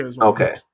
Okay